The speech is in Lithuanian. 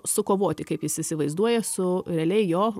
sukovoti kaip jis įsivaizduoja su realiai jo